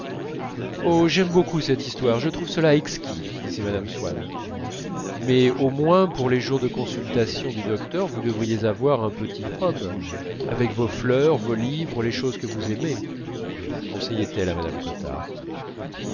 oh j'aime beaucoup cette histoire je trouve cela exquis disait mme swann mais au moins pour les jours de consultation du docteur vous devriez avoir un petit home avec vos fleurs vos livres les choses que vous aimez conseillait elle à mme cottard